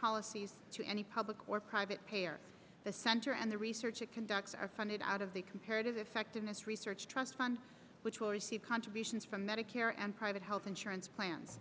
policies to any public or private payer the center and the research it conducts are funded out of the comparative effectiveness research trust fund which will receive contributions from medicare and private health insurance plans